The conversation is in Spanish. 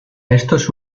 estos